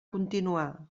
continuar